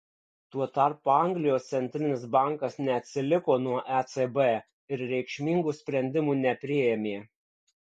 tuo tarpu anglijos centrinis bankas neatsiliko nuo ecb ir reikšmingų sprendimų nepriėmė